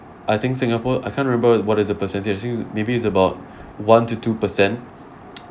I think singapore I can't remember what is the percentage used maybe it's about one to two per cent